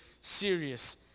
serious